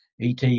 ET